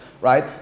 right